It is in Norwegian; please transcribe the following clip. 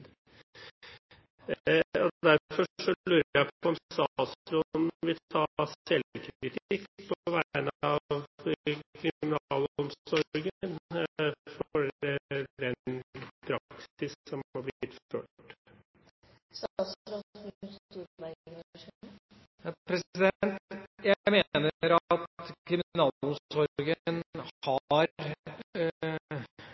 tid. Derfor lurer jeg på om statsråden vil ta selvkritikk på vegne av kriminalomsorgen for den praksis som er blitt ført. Jeg mener at kriminalomsorgen